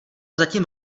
zatím